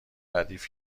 ردیف